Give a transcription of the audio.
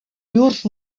llurs